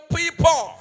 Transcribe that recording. people